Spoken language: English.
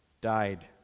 died